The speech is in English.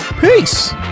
peace